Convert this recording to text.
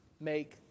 make